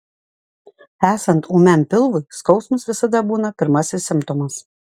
esant ūmiam pilvui skausmas visada būna pirmasis simptomas